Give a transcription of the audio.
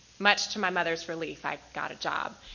much to my mother's relief i got a job.